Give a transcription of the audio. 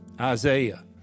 Isaiah